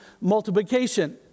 multiplication